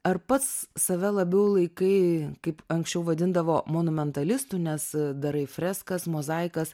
ar pats save labiau laikai kaip anksčiau vadindavo monumentalistu nes darai freskas mozaikas